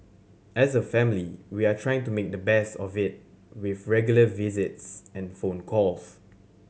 as a family we are trying to make the best of it with regular visits and phone calls